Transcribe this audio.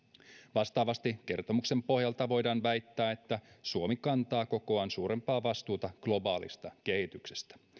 vastaavasti kertomuksen pohjalta voidaan väittää että suomi kantaa kokoaan suurempaa vastuuta globaalista kehityksestä